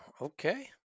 Okay